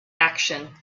action